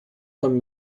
von